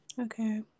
Okay